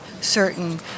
certain